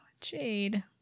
Jade